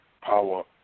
power